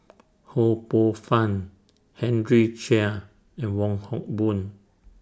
Ho Poh Fun Henry Chia and Wong Hock Boon